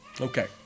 Okay